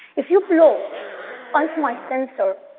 if you blow onto my sensor,